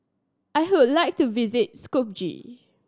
I would like to visit Skopje